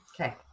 Okay